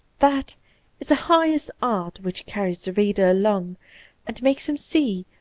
that is the highest art which carries the reader along and makes him see,